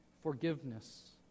forgiveness